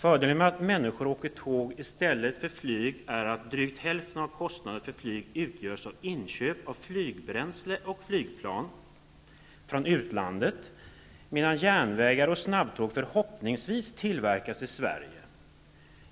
Fördelen med att människor åker tåg i stället för att flyga är att drygt hälften av kostnaderna för flyg utgörs av inköp av flygbränsle och flygplan från utlandet, medan järnvägar och snabbtåg förhoppningsvis tillverkas i Sverige.